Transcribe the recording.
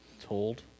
told